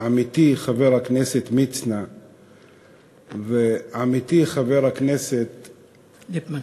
עמיתי חבר הכנסת מצנע וחברי חבר הכנסת ליפמן,